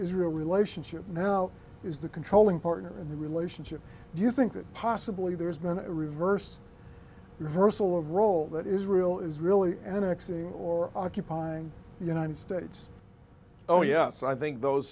israel relationship now is the controlling partner in the relationship do you think that possibly there has been a reverse reversal of role that israel is really annexing or occupying united states oh yes i think those